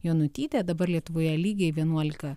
jonutytė dabar lietuvoje lygiai vienuolika